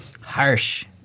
Harsh